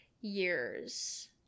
years